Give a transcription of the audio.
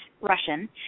Russian